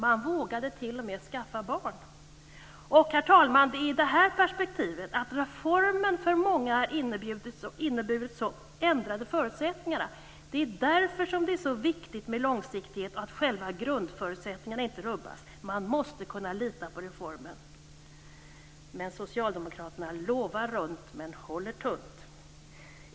Man vågade t.o.m. skaffa barn. I det här perspektivet - att reformen för många har inneburit ändrade förutsättningar - är det viktigt med en långsiktighet, så att själva grundförutsättningen inte rubbas. Man måste kunna lita på reformen! Socialdemokraterna lovar runt men håller tunt.